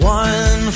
one